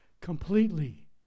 completely